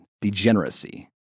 degeneracy